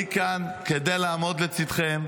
אני כאן כדי לעמוד לצידכם,